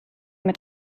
mit